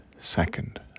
second